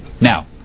now